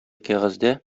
кәгазьдә